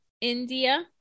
india